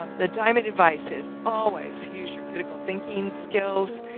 um the diamond advice is always use your critical thinking skills.